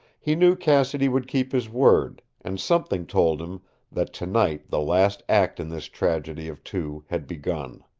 he knew cassidy would keep his word, and something told him that tonight the last act in this tragedy of two had begun.